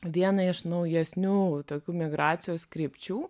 viena iš naujesnių tokių migracijos krypčių